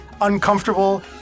uncomfortable